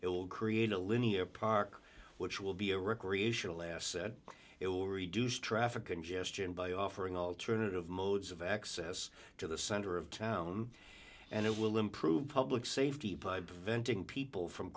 it will create a linear park which will be a recreational asset it will reduce traffic congestion by offering alternative modes of access to the center of town and it will improve public safety by venting people from